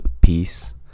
peace